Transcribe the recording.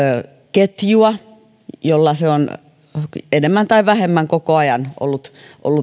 ketjua jolla se on enemmän tai vähemmän koko ajan ollut